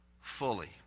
fully